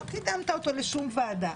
לא קידמת אותו לשום ועדה.